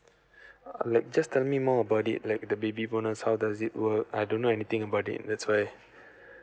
uh like just tell me more about it like the baby bonus how does it work I don't know anything about it that's why